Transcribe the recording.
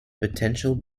potential